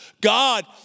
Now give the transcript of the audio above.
God